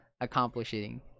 accomplishing